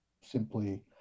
simply